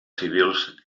civils